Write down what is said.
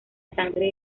sangre